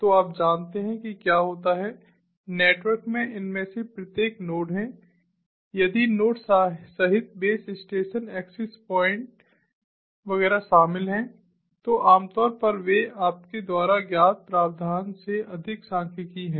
तो आप जानते हैं कि क्या होता है नेटवर्क में इनमें से प्रत्येक नोड है यदि नोड्स सहित बेस स्टेशन एक्सेस पॉइंट वगैरह शामिल हैं तो आमतौर पर वे आपके द्वारा ज्ञात प्रावधान से अधिक सांख्यिकीय हैं